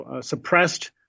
suppressed